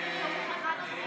2022, לוועדת הכספים נתקבלה.